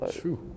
true